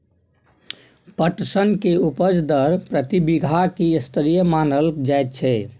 पटसन के उपज दर प्रति बीघा की स्तरीय मानल जायत छै?